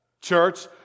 church